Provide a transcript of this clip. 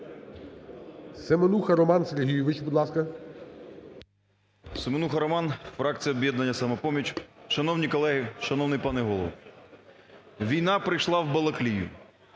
Семенуха Роман, фракція "Об'єднання "Самопоміч". Шановні колеги, шановний пане Голово! Війна прийшла в Балаклію,